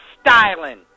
styling